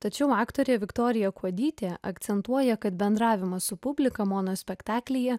tačiau aktorė viktorija kuodytė akcentuoja kad bendravimas su publika monospektaklyje